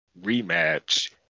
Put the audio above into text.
rematch